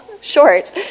short